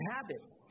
habits